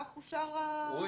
כך אושר המוסד.